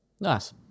Nice